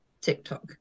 TikTok